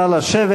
נא לשבת.